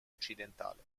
occidentale